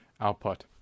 output